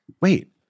Wait